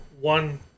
one